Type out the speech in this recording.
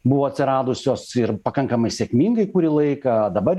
buvo atsiradusios ir pakankamai sėkmingai kurį laiką dabar